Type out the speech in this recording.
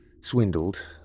swindled